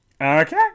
Okay